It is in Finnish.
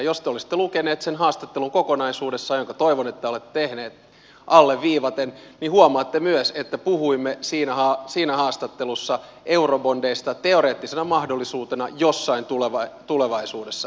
jos te olisitte lukenut sen haastattelun kokonaisuudessaan minkä toivon että olette tehnyt alleviivaten niin huomaatte myös että puhuimme siinä haastattelussa eurobondeista teoreettisena mahdollisuutena jossain tulevaisuudessa